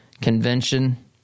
Convention